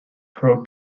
pro